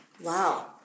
Wow